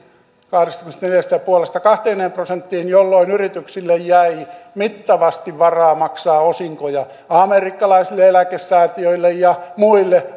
kahdestakymmenestäneljästä pilkku viidestä kahteenkymmeneen prosenttiin jolloin yrityksille jäi mittavasti varaa maksaa osinkoja amerikkalaisille eläkesäätiöille ja muille